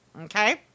Okay